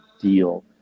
deal